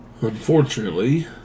Unfortunately